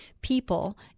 people